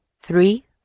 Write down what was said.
three